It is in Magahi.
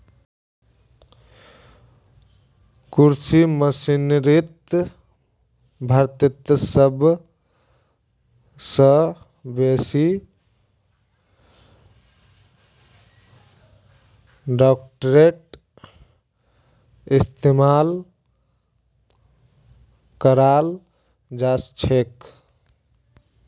कृषि मशीनरीत भारतत सब स बेसी ट्रेक्टरेर इस्तेमाल कराल जाछेक